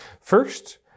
First